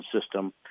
system